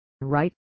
right